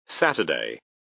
Saturday